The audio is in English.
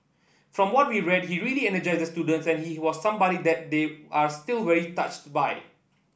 from what we read he really energised the student and he was somebody that they are still very touched by